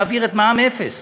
יעביר את מע"מ אפס